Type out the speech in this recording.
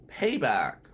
payback